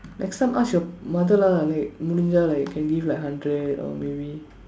next time ask your mother lah like முடிஞ்சா:mudinjsaa like can give like hundred or maybe